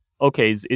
okay